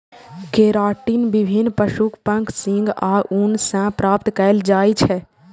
keratin विभिन्न पशुक पंख, सींग आ ऊन सं प्राप्त कैल जाइ छै